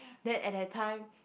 then at that time